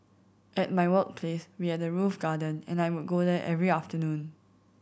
at my workplace we had a roof garden and I would go there every afternoon